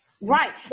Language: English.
right